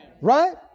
Right